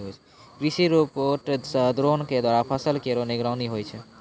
कृषि रोबोट सह द्रोण क द्वारा फसल केरो निगरानी होय छै